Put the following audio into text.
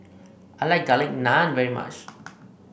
I like Garlic Naan very much